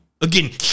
again